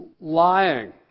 Lying